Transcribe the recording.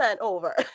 over